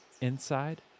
Inside